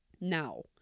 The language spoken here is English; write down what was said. now